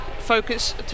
focus